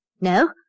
No